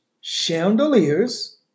chandeliers